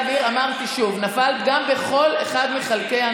נפל פגם בכל אחד מחלקי,